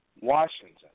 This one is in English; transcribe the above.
Washington